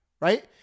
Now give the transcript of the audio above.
right